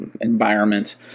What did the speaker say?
environment